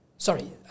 Sorry